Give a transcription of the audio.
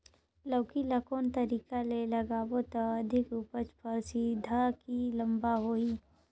लौकी ल कौन तरीका ले लगाबो त अधिक उपज फल सीधा की लम्बा होही?